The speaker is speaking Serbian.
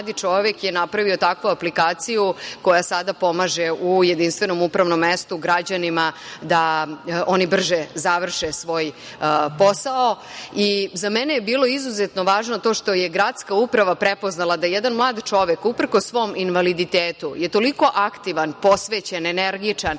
mladi čovek je napravio takvu aplikaciju koja sada pomaže u jedinstvenom upravnom mestu građanima da oni brže završe svoj posao.Za mene je bilo izuzetno važno to što je gradska uprava prepoznala da jedan mlad čovek, uprkos svom invaliditetu, je toliko aktivan, posvećen, energičan